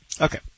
Okay